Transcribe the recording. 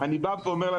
אני אומר למדינה,